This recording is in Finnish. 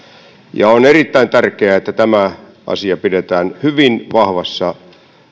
on erittäin tärkeää että tämä asia pidetään hyvin vahvassa